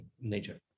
nature